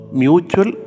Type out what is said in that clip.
mutual